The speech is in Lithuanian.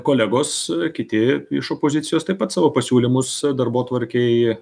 kolegos kiti iš opozicijos taip pat savo pasiūlymus darbotvarkei